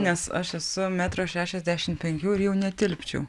nes aš esu metro šešiasdešim penkių ir jau netilpčiau